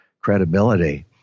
credibility